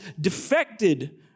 defected